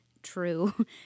true